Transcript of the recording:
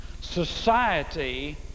Society